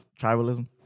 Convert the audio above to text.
Tribalism